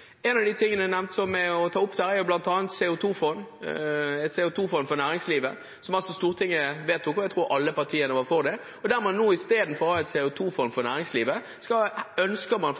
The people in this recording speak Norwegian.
motarbeidet av regjeringen. En av de nevnte tingene å ta opp der er bl.a. et CO 2 -fond for næringslivet, som Stortinget vedtok – jeg tror alle partiene var for det – og der man nå istedenfor å ha et CO 2 -fond for næringslivet, fra